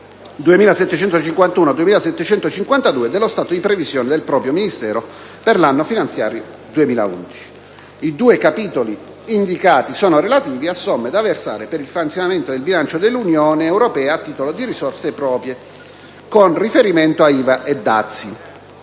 n. 2751 e 2752 dello stato di previsione del proprio Ministero per l'anno finanziario 2011. I due capitoli indicati sono relativi a somme da versare per il finanziamento del bilancio dell'Unione europea a titolo di risorse proprie, con riferimento a IVA e dazi.